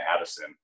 Addison